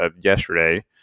yesterday